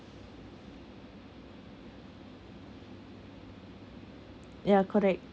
ya correct